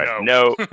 no